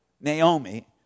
Naomi